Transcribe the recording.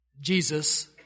Jesus